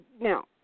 Now